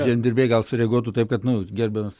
žemdirbiai gal sureaguotų taip kad nu gerbiamas